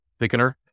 thickener